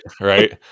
Right